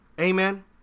Amen